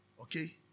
Okay